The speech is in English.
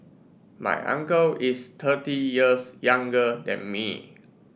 my uncle is thirty years younger than me